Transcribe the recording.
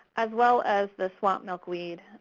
as well as the swamp milkweed.